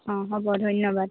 অ' হ'ব ধন্যবাদ